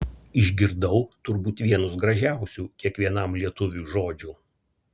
išgirdau turbūt vienus gražiausių kiekvienam lietuviui žodžių